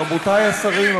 רבותי השרים,